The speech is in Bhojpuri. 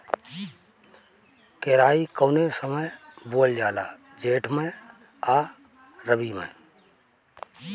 केराई कौने समय बोअल जाला जेठ मैं आ रबी में?